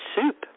soup